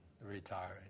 retiring